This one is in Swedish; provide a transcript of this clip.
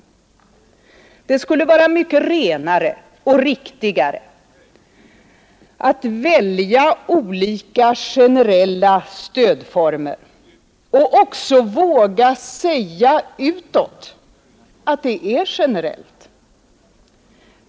Det 24 maj 1972 skulle vara mycket renare och riktigare att välja olika generella — stödformer och också våga säga utåt att det är generellt.